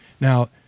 Now